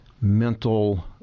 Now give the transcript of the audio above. mental